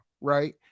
right